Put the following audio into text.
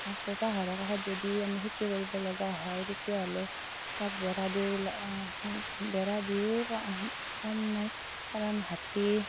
আকৌ পাহাৰৰ কাষত যদি আমি খেতি কৰিবলগা হয় তেতিয়াহ'লে তাত বেৰা দিওঁ বেৰা দিও কাম নাই কাৰণ হাতী